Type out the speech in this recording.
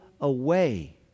away